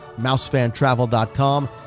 mousefantravel.com